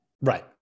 Right